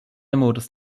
modus